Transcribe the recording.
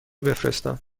بفرستم